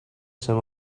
some